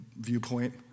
viewpoint